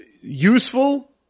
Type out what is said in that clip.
useful